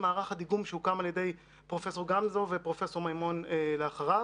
מערך הדיגום שהוקם על ידי פרופ' גמזו ופרופ' מימון לאחריו.